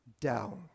down